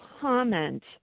comment